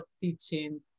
teaching